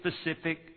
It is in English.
specific